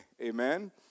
Amen